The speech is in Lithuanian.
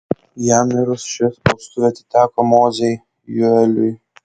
jam mirus ši spaustuvė atiteko mozei joeliui